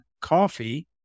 coffee